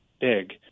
big